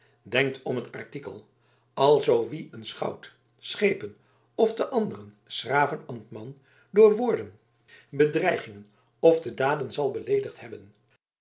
denkt om het artikel al zoo wie een schout schepen ofte anderen s graven ambtman door woorden bedreigingen ofte daden zal beleedigd hebben